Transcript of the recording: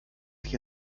sich